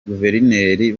guverineri